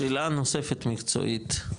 שאלה נוספת מקצועית,